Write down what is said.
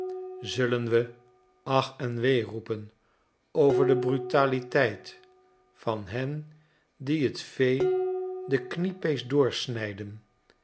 zullen we ach en wee roepen over de brutaliteit van hen die het vee de kniepees doorsnijden